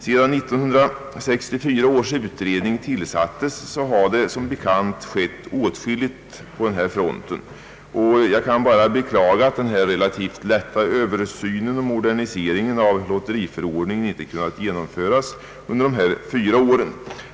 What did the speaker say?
Sedan 1964 års utredning tillsattes har det, som bekant, skett åtskilligt på denna front, och jag kan bara beklaga att denna relativt lätta översyn och modernisering av förordningen inte kunnat genomföras under dessa fyra år.